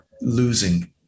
losing